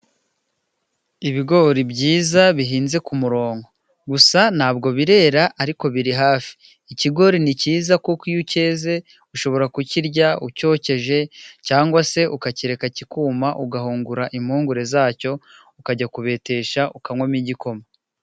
Ibigori byiza bihinze kumurongo. Gusa ntabwo birera ariko biri hafi. Ikigori ni cyiza kuko iyo cyeze ushobora kukirya ucyokeje, cyangwa se ukakireka kikuma ugahungura impungure zacyo, ukajya kubetesha ukanywamo igikoma.